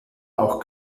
auch